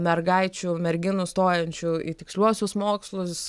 mergaičių merginų stojančių į tiksliuosius mokslus